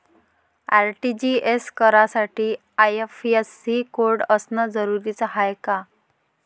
RTGS करासाठी IFSC code असनं जरुरीच हाय का?